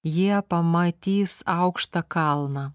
jie pamatys aukštą kalną